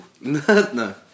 No